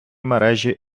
мережі